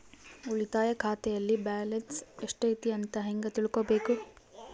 ಉಳಿತಾಯ ಖಾತೆಯಲ್ಲಿ ಬ್ಯಾಲೆನ್ಸ್ ಎಷ್ಟೈತಿ ಅಂತ ಹೆಂಗ ತಿಳ್ಕೊಬೇಕು?